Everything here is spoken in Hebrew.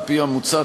על-פי המוצע,